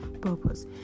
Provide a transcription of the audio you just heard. purpose